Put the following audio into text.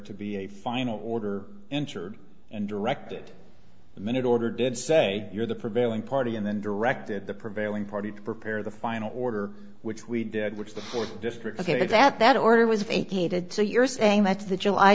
to be a final order entered and directed the minute order did say you're the prevailing party and then directed the prevailing party to prepare the final order which we did which is the fourth district ok that that order was vacated so you're saying that the july